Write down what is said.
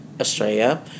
Australia